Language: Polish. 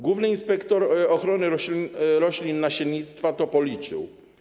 Główny inspektor ochrony roślin i nasiennictwa to policzył.